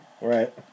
Right